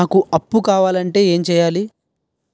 నాకు అప్పు కావాలి అంటే ఎం చేయాలి?